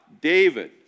David